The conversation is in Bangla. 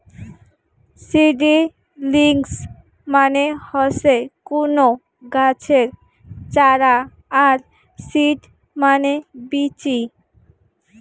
সিডিলিংস মানে হসে কুনো গাছের চারা আর সিড মানে বীচি